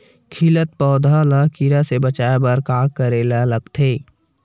खिलत पौधा ल कीरा से बचाय बर का करेला लगथे?